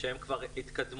שהן כבר התקדמו.